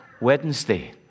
Wednesday